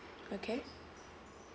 okay